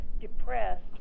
depressed